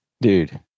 Dude